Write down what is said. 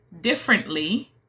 differently